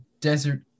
Desert